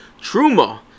Truma